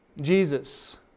Jesus